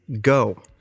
go